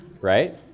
right